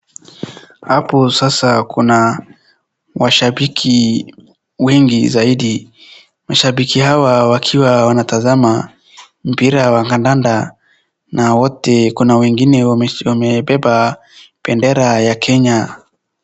Hapo sasa kuna washabiki wengi zaidi. Mashabiki hawa wakiwa wanatazama mpira wa kandanda na wote kuna wengine wamebeba bendera ya Kenya.